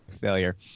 failure